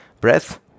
breath